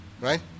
right